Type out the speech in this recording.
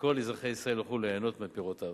שכל אזרחי ישראל יוכלו ליהנות מפירותיו.